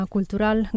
Cultural